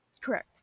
correct